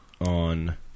on